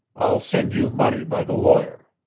i'll send you money by the lawyer.